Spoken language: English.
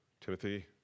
Timothy